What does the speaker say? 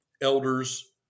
elders